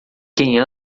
quem